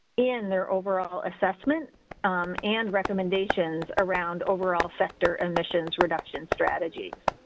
in their overall assessment and recommendations around overall sector emissions reduction strategies.